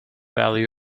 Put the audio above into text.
value